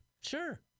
Sure